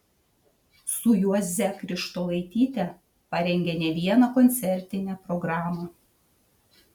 su juoze krištolaityte parengė ne vieną koncertinę programą